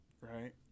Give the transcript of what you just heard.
right